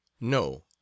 no